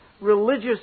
religious